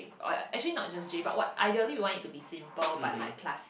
uh actually not just J but what ideally we want it to be simple but like class